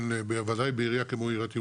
בוודאי בעירייה כמו עיריית ירושלים,